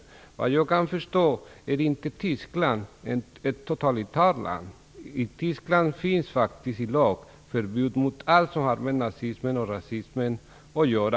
Såvitt jag förstår är Tyskland inte ett totalitärt land, och där finns faktiskt i lag förbud mot allt som har med nazism och rasism att göra.